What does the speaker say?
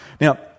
Now